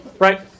Right